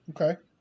Okay